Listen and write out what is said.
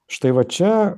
štai va čia